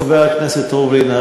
חבר הכנסת ריבלין,